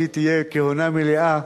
שהיא תהיה כהונה מלאה,